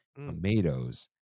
tomatoes